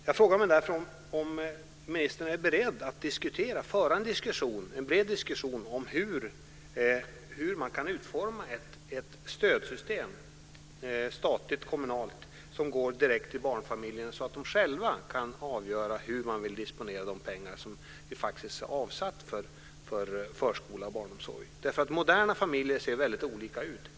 Jag undrar om ministern är beredd att föra en bred diskussion om hur man kan utforma ett stödsystem, statligt och kommunalt, som går direkt till barnfamiljerna så att de själva kan avgöra hur de vill disponera de pengar som är avsatta för förskola och barnomsorg. Moderna familjer ser väldigt olika ut.